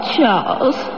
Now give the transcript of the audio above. Charles